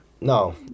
No